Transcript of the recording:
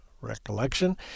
recollection